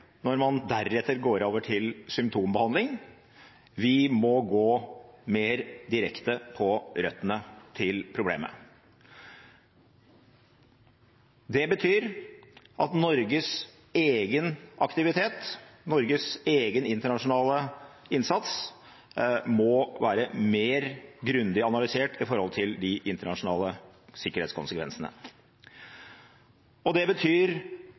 når man deretter går over til symptombehandling. Vi må gå mer direkte på røttene til problemet. Det betyr at Norges egen aktivitet, Norges egen internasjonale innsats, må være mer grundig analysert i forhold til de internasjonale sikkerhetskonsekvensene. Det betyr